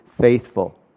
faithful